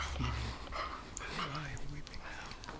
even as i am weeping now